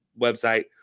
website